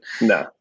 No